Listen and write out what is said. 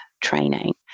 training